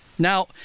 Now